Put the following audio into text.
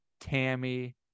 Tammy